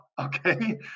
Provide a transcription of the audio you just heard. okay